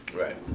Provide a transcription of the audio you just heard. Right